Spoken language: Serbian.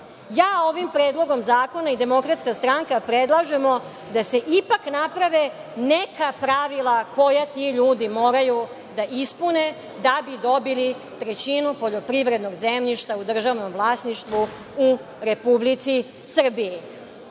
predlogom zakona i DS predlažemo da se ipak naprave neka pravila koja ti ljudi moraju da ispune da bi dobili trećinu poljoprivrednog zemljišta u državnoj vlasništvu u Republici Srbiji. Neću